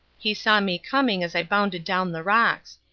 he saw me coming as i bounded down the rocks.